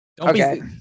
Okay